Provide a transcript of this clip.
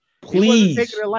please